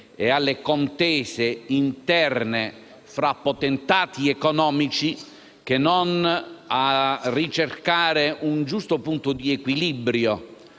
e alle contese interne tra potentati economici che non a ricercare un giusto punto di equilibrio